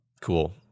cool